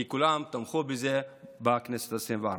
כי כולם תמכו בכך בכנסת העשרים-וארבע.